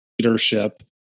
leadership